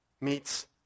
meets